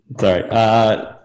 Sorry